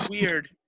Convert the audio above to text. weird